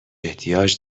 احتیاج